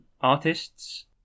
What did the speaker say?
artists